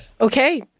Okay